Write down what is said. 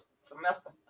semester